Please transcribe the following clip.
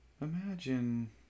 imagine